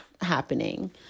happening